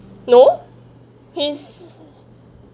no he's